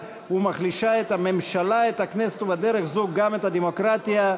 מחלישה את הממשלה ואת הכנסת ובדרך זו גם את הדמוקרטיה.